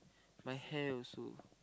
my hair also